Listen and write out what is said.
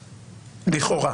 לכאורה.